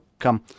come